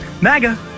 MAGA